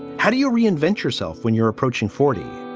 how do you reinvent yourself when you're approaching forty?